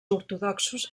ortodoxos